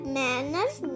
manners